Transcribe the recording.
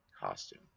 costume